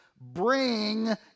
bring